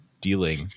dealing